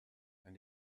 and